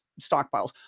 stockpiles